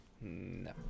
No